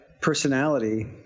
personality